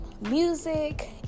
music